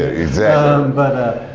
ah exactly. but,